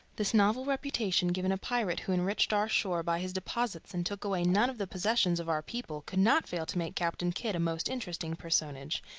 this novel reputation given a pirate who enriched our shore by his deposits and took away none of the possessions of our people could not fail to make captain kidd a most interesting personage,